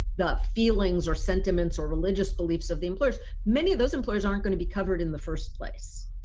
the feelings or sentiments or religious beliefs of the employers, many of those employers aren't going to be covered in the first place.